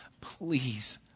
please